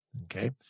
Okay